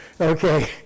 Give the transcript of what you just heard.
Okay